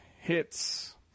hits